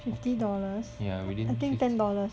fifty dollars I think ten dollars